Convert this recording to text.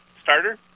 starter